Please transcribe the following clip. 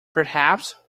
perhaps